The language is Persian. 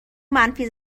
منفی